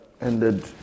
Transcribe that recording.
ended